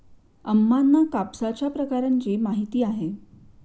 अम्मांना कापसाच्या प्रकारांची माहिती आहे